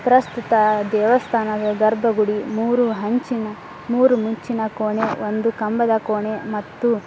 ಪ್ರಸ್ತುತ ದೇವಸ್ಥಾನದ ಗರ್ಭಗುಡಿ ಮೂರು ಹಂಚಿನ ಮೂರು ಮುಂಚಿನ ಕೋಣೆ ಒಂದು ಕಂಬದ ಕೋಣೆ ಮತ್ತು